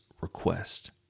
request